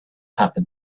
happen